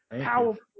powerful